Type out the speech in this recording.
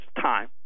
time